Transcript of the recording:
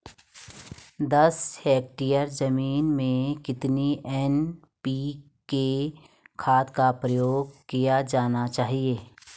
दस हेक्टेयर जमीन में कितनी एन.पी.के खाद का उपयोग किया जाना चाहिए?